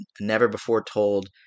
never-before-told